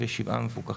מפוקחים.